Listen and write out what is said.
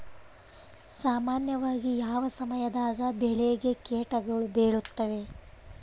ಸಾಮಾನ್ಯವಾಗಿ ಯಾವ ಸಮಯದಾಗ ಬೆಳೆಗೆ ಕೇಟಗಳು ಬೇಳುತ್ತವೆ?